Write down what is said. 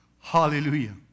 Hallelujah